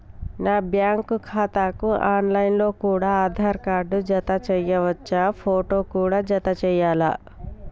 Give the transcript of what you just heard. నా బ్యాంకు ఖాతాకు online లో కూడా ఆధార్ కార్డు జత చేయవచ్చా ఫోటో కూడా జత చేయాలా?